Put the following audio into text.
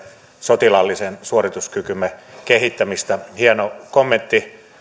sotilaallisen suorituskykymme kehittämistä hieno kommentti